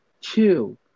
Two